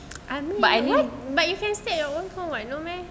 I mean what but you can stay in your own house [what] no meh